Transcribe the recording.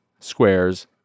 squares